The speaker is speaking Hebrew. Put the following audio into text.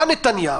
בא נתניהו,